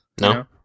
No